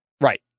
right